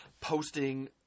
posting